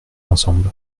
ensemble